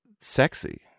sexy